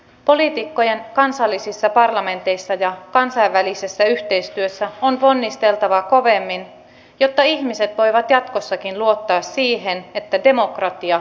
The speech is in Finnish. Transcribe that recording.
poliitikkojen kansallisissa parlamenteissa ja kansainvälisessä yhteistyössä on ponnisteltava kovemmin jotta ihmiset voivat jatkossakin luottaa siihen että demokratia vakaus ja vapaus vallitsevat